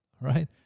right